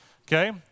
okay